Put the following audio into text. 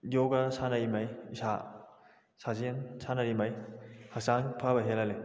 ꯌꯣꯒꯥ ꯁꯥꯟꯅꯔꯤꯉꯩ ꯏꯁꯥ ꯁꯥꯖꯦꯟ ꯁꯥꯟꯅꯔꯤꯈꯩ ꯍꯛꯆꯥꯡ ꯐꯕ ꯍꯦꯜꯍꯜꯂꯤ